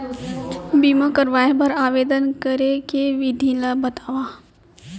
बीमा करवाय बर आवेदन करे के विधि ल बतावव?